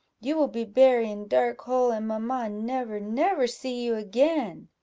you will be bury in dark hole, and mamma never, never see you again.